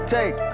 Take